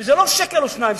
וזה לא שקל או שניים.